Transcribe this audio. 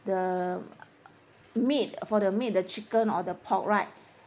the meat for the meat the chicken or the pork right